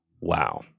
Wow